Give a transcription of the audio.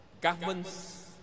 government's